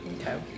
Okay